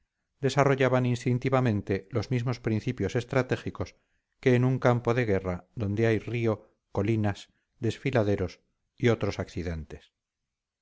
desarrollaban instintivamente los mismos principios estratégicos que en un gran campo de guerra donde hay río colinas desfiladeros y otros accidentes